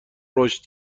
رشد